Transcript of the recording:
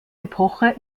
epoche